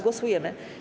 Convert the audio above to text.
Głosujemy.